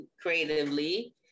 creatively